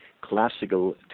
classical